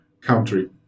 country